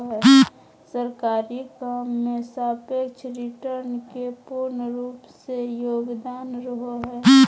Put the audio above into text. सरकारी काम मे सापेक्ष रिटर्न के पूर्ण रूप से योगदान रहो हय